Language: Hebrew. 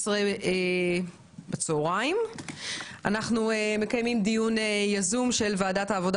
2022. אנחנו מקיימים דיון יזום של ועדת העבודה